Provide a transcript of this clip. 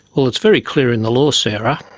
well, it's very clear in the law, sarah,